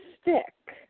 Stick